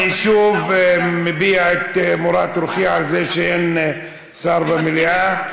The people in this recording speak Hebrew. אני שוב מביע את מורת רוחי על זה שאין שר במליאה,